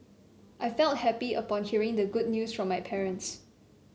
I felt happy upon hearing the good news from my parents